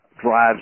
drives